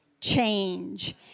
change